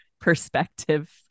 perspective